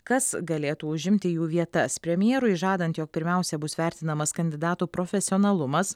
kas galėtų užimti jų vietas premjerui žadant jog pirmiausia bus vertinamas kandidatų profesionalumas